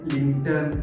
LinkedIn